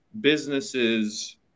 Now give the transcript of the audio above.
businesses